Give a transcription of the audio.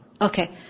Okay